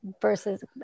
versus